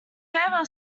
farewell